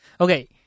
Okay